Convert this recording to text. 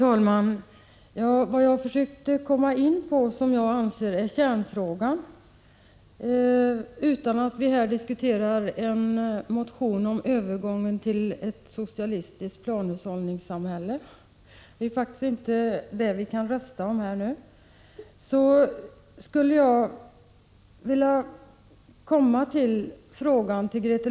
Fru talman! Jag försökte komma in på det som jag anser vara kärnfrågan, utan att vi här diskuterar en motion om övergång till ett socialistiskt planhushållningssamhälle — det är ju faktiskt inte något vi kan rösta om i det här sammanhanget.